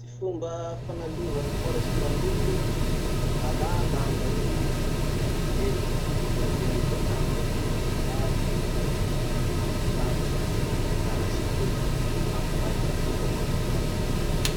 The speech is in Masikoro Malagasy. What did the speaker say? Ty fomba fanaliova fitaritsy maloto: alà lamba iny lena, lafa le amizay lamba iny, fiazy, le fafà kosekosehy amy fitaritsy iny eo, le enga ho maiky amizay bakeo le malio i amizay.